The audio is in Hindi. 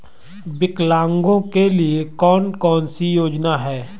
विकलांगों के लिए कौन कौनसी योजना है?